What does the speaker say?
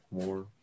more